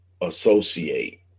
associate